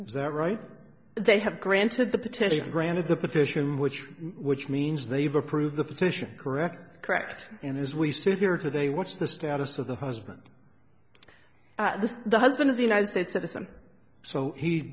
is that right they have granted the petition granted the petition which which means they've approved the petition correct correct and as we sit here today what's the status of the husband the husband of the united states citizen so he